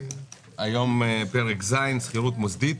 אנחנו דנים עכשיו על פרק ז' (שכירות מוסדית),